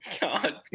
God